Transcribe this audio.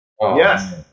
Yes